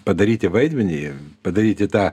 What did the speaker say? padaryti vaidmenį padaryti tą